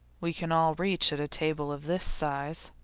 we can all reach at a table of this size.